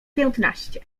piętnaście